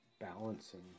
balancing